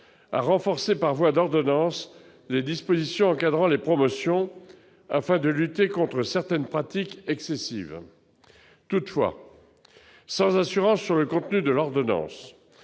à renforcer par voie d'ordonnance les dispositions encadrant les promotions afin de lutter contre certaines pratiques excessives. Toutefois, sans assurance sur le contenu de l'ordonnance